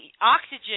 oxygen